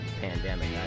pandemic